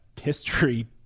history